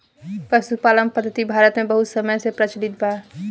पशुपालन पद्धति भारत मे बहुत समय से प्रचलित बा